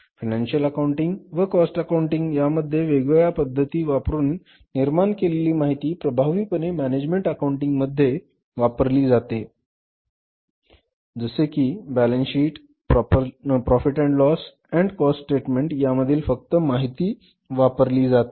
financial accounting व cost accounting यामधील वेगवेगळ्या पद्धती वापरून निर्माण केलेली माहिती प्रभावीपणे मॅनेजमेंट अकाउंटिंग मध्ये वापरली जाते जसे की balance sheet profit and loss आणि कॉस्ट स्टेटमेंट यामधील फक्त माहिती वापरली जाते